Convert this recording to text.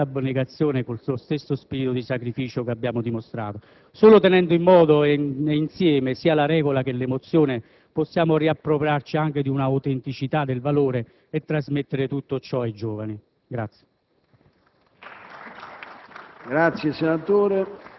riuscire a lavorare con la stessa abnegazione, con lo stesso spirito di sacrificio che abbiamo dimostrato. Solo tenendo insieme sia la regola che l'emozione possiamo riappropriarci anche di un'autenticità del valore e trasmettere tutto ciò ai giovani.